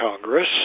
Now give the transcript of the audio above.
Congress